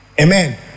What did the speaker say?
Amen